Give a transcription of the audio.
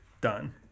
done